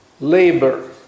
labor